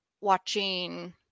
watching